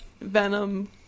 Venom